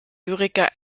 lyriker